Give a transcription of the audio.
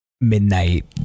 midnight